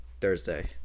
Thursday